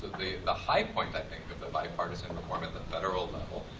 the the high point, i think of the bipartisan reform at the federal level,